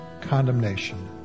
condemnation